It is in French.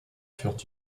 furent